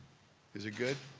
is it good?